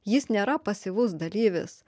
jis nėra pasyvus dalyvis